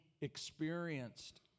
experienced